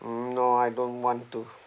hmm no I don't want to